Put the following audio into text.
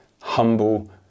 humble